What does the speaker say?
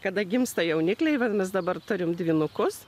kada gimsta jaunikliai vadinas dabar turim dvynukus